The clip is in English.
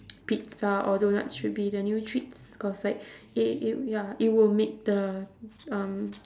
pizza or doughnuts should be the new treats cause like it it it ya it would make the um